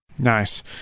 Nice